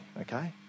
okay